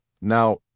Now